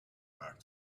back